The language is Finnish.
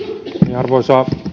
arvoisa